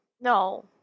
no